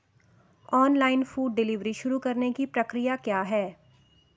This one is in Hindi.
ऑनलाइन फूड डिलीवरी शुरू करने की प्रक्रिया क्या है?